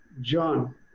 John